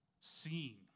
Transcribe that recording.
seen